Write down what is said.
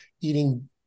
eating